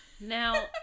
now